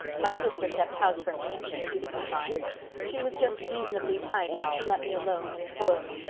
my sister kept house for me and she suited me fine she was just reasonably tidy and she let me alone and spoiled me.